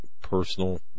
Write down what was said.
personal